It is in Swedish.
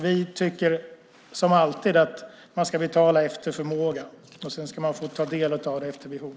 Vi tycker, som alltid, att man ska betala efter förmåga. Sedan ska man få ta del av det efter behov.